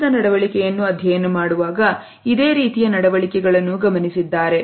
ಮೋಸದ ನಡವಳಿಕೆಯನ್ನು ಅಧ್ಯಯನ ಮಾಡುವಾಗ ಇದೇ ರೀತಿಯ ನಡವಳಿಕೆಗಳನ್ನು ಗಮನಿಸಿದ್ದಾರೆ